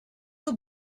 the